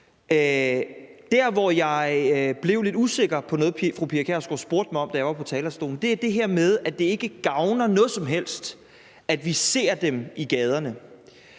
Der, hvor jeg blev lidt usikker på noget, fru Pia Kjærsgaard spurgte mig om, da jeg var på talerstolen, var i forhold til det her med, at det ikke gavner noget som helst, at vi ser dem i gaderne.